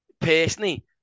Personally